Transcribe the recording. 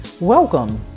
Welcome